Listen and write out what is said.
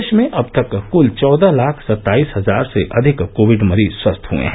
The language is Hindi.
देश में अब तक क्ल चौदह लाख सत्ताईस हजार से अधिक कोविड मरीज स्वस्थ हए हैं